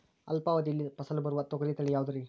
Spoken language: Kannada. ಅಲ್ಪಾವಧಿಯಲ್ಲಿ ಫಸಲು ಬರುವ ತೊಗರಿ ತಳಿ ಯಾವುದುರಿ?